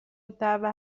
الدعوه